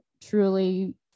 truly